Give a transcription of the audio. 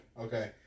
Okay